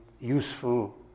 useful